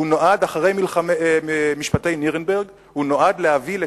אחרי משפטי נירנברג, להביא לצדק,